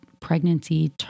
pregnancy